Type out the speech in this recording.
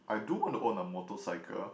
I do want to own a motorcycle